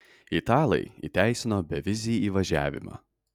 italai įteisino bevizį įvažiavimą